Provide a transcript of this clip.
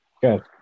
Good